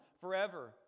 forever